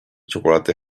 chocolate